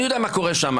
אני יודע מה קורה שם.